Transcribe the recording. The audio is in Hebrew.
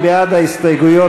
מי בעד ההסתייגויות?